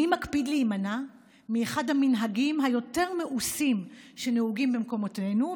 מי מקפיד להימנע מאחד המנהגים היותר-מאוסים שנהוגים במקומותינו,